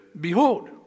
behold